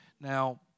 Now